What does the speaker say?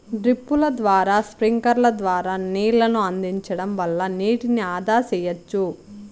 డ్రిప్పుల ద్వారా స్ప్రింక్లర్ల ద్వారా నీళ్ళను అందించడం వల్ల నీటిని ఆదా సెయ్యచ్చు